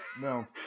No